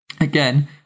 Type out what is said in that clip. again